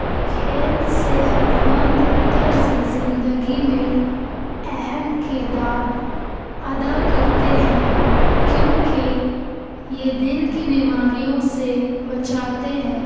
کھیل صحت مند طرز زندگی میں اہم کردار ادا کرتے ہیں کیونکہ یہ دل کی بیماریوں سے بچاتے ہیں